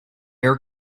air